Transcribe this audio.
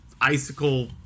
icicle